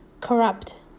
Corrupt